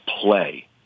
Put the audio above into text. play